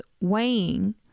weighing